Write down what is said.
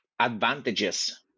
advantages